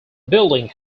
building